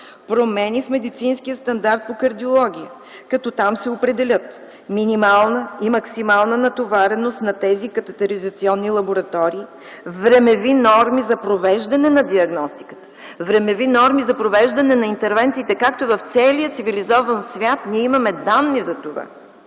промени в медицинския стандарт по кардиология, като там се определят минимална и максимална натовареност на тези катетеризационни лаборатории, времеви норми за провеждане на диагностиката, времеви норми за провеждане на интервенциите както е в целия цивилизован свят, ние имаме данни за това,